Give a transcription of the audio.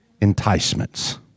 enticements